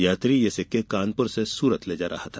यात्री ये सिक्के कानपुर से सूरत ले जा रहा था